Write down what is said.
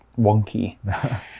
wonky